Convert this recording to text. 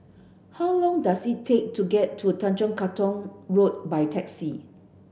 how long does it take to get to Tanjong Katong Road by taxi